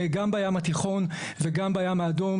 גם בים התיכון וגם בים האדום,